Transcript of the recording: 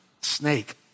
snake